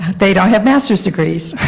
they don't have masters degrees.